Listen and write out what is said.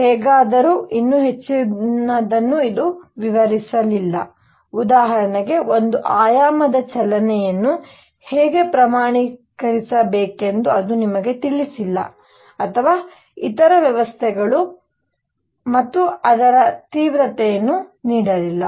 ಹೇಗಾದರೂ ಇನ್ನೂ ಹೆಚ್ಚಿನದನ್ನು ವಿವರಿಸಲಿಲ್ಲ ಉದಾಹರಣೆಗೆ ಒಂದು ಆಯಾಮದ ಚಲನೆಯನ್ನು ಹೇಗೆ ಪ್ರಮಾಣೀಕರಿಸಬೇಕೆಂದು ಅದು ನಿಮಗೆ ತಿಳಿಸಿಲ್ಲ ಅಥವಾ ಇತರ ವ್ಯವಸ್ಥೆಗಳು ಮತ್ತು ಅದು ತೀವ್ರತೆಯನ್ನು ನೀಡಲಿಲ್ಲ